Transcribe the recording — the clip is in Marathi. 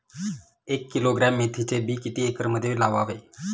एक किलोग्रॅम मेथीचे बी किती एकरमध्ये लावावे?